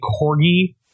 corgi